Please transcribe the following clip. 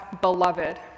beloved